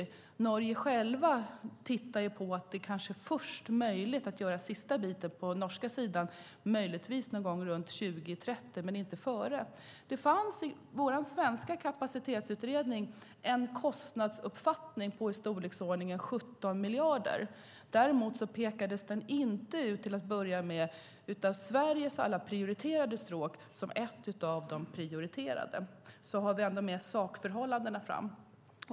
I Norge tittar man själv på att det kanske är möjligt att göra sista biten på norska sidan först någon gång runt 2030, men inte före. Det fanns i vår svenska kapacitetsutredning en kostnadsuppfattning på i storleksordningen 17 miljarder. Däremot pekades den till att börja med inte ut som ett av Sveriges alla prioriterade stråk. Så har vi ändå med sakförhållandena.